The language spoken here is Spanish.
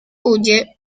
huye